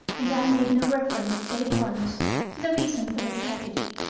and i made no reference save once to the reason for the tragedy.